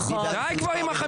במקום להילחם בטרור,